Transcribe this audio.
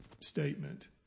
statement